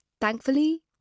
Thankfully